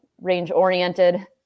range-oriented